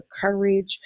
courage